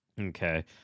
okay